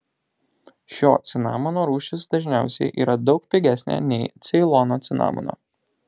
šio cinamono rūšis dažniausiai yra daug pigesnė nei ceilono cinamono